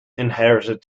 inherited